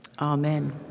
Amen